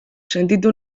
sentitu